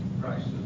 Christ